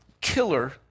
killer